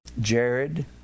Jared